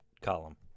column